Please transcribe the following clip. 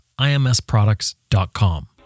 IMSProducts.com